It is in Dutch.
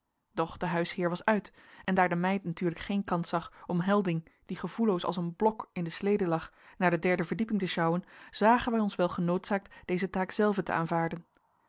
doch de huisheer was uit en daar de meid natuurlijk geen kans zag om helding die gevoelloos als een blok in de slede lag naar de derde verdieping te sjouwen zagen wij ons wel genoodzaakt deze taak zelven te aanvaarden